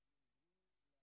אולי תעשה שמית.